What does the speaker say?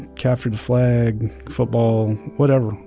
capture the flag, football, whatever.